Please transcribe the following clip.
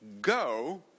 go